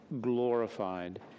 glorified